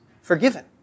forgiven